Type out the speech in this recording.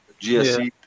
GSE